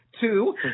Two